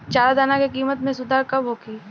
चारा दाना के किमत में सुधार कब होखे?